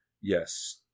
Yes